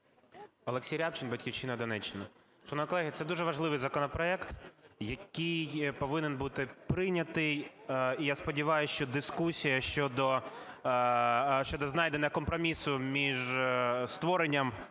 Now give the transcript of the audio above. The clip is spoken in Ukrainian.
Олексій Рябчин, "Батьківщина", Донеччина. Шановні колеги, це дуже важливий законопроект, який повинен бути прийнятий, і, я сподіваюсь, що дискусія щодо знайдення компромісу між створенням